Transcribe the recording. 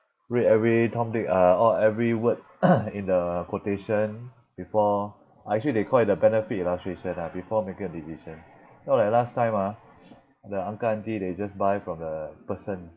read every tom dick uh all every word in the quotation before ah actually they call it the benefit illustration lah before making a decision not like last time ah the uncle aunty they just buy from the person